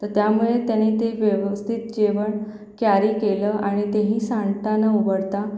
तर त्यामुळे त्यांनी ते व्यवस्थित जेवण क्यारी केलं आणि ते ही सांडता न उबडता